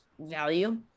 value